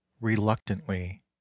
reluctantly